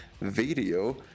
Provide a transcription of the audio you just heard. video